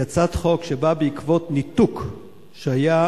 היא הצעת חוק שבאה בעקבות ניתוק שהיה,